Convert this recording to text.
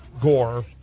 Gore